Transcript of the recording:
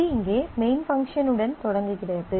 இது இங்கே main function உடன் தொடங்குகிறது